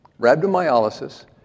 Rhabdomyolysis